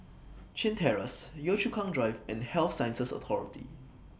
Chin Terrace Yio Chu Kang Drive and Health Sciences Authority